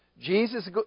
Jesus